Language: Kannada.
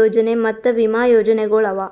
ಯೊಜನೆ ಮತ್ತ ವಿಮಾ ಯೋಜನೆಗೊಳ್ ಅವಾ